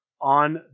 on